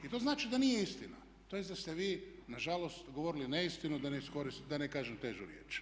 I to znači da nije istina tj. da ste vi nažalost govorili neistinu da ne kažem težu riječ.